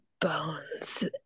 bones